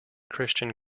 christian